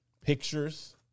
pictures